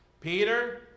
Peter